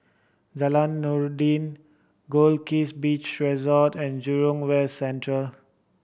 Jalan Noordin Goldkist Beach Resort and Jurong West Central